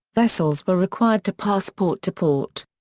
vessels were required to pass port to port.